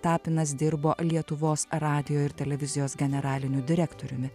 tapinas dirbo lietuvos radijo ir televizijos generaliniu direktoriumi